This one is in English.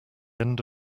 end